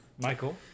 Michael